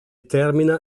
termina